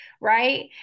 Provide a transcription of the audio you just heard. right